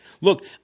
Look